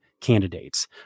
candidates